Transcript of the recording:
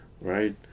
right